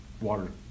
water